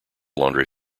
laundry